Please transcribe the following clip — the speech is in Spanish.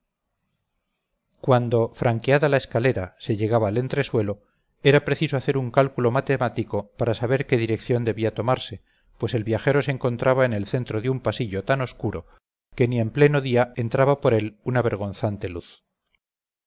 cuando franqueada la escalera se llegaba al entresuelo era preciso hacer un cálculo matemático para saber qué dirección debía tomarse pues el viajero se encontraba en el centro de un pasillo tan oscuro que ni en pleno día entraba por él una vergonzante luz